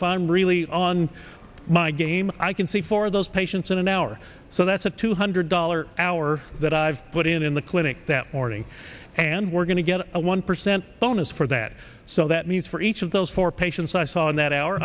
fun really on my game i can see four of those patients in an hour so that's a two hundred dollar hour that i've put in in the clinic that morning and we're going to get a one percent bonus for that so that means for each of those four patients i saw in that hour